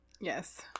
Yes